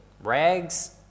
Rags